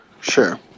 Sure